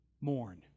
mourn